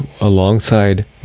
alongside